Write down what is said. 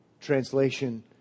Translation